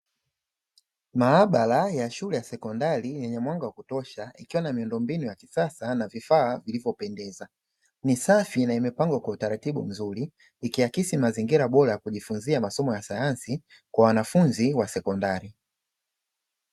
Maabara ya shule ya sekondari yenye mwanga wa kutosha ikiwa na miundombinu ya kisasa na vifaa vilivyopendeza. Ni safi na imepangwa kwa utaratibu mzuri, ikiakisi mazingira bora ya kujifunzia masomo ya sayansi kwa wanafunzi wa sekondari.